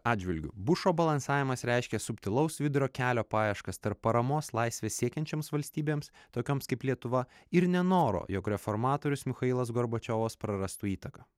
atžvilgiu bušo balansavimas reiškia subtilaus vidurio kelio paieškas tarp paramos laisvės siekiančioms valstybėms tokioms kaip lietuva ir nenoro jog reformatorius michailas gorbačiovas prarastų įtaką